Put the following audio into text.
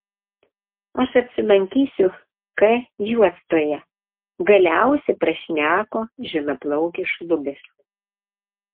aš apsilankysiu k juostoje galiausia prašneko žilaplaukis šlubis